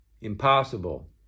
impossible